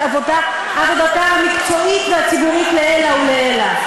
עבודתה המקצועית והציבורית לעילא ולעילא.